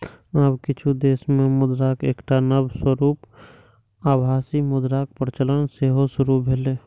आब किछु देश मे मुद्राक एकटा नव रूप आभासी मुद्राक प्रचलन सेहो शुरू भेलैए